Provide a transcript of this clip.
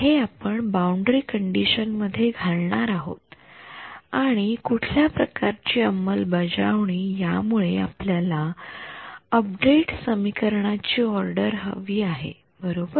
तर हे आपण बाउंडरी कंडिशन मध्ये घालणार आहोत आणि कुठल्या प्रकारची अंमलबजावणी ज्यामुळे आपल्याला अपडेट समीकरणाची ऑर्डर हवी आहे बरोबर